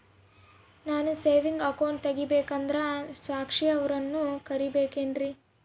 ನಾನು saving account ತೆಗಿಬೇಕಂದರ ಸಾಕ್ಷಿಯವರನ್ನು ಕರಿಬೇಕಿನ್ರಿ?